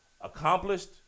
accomplished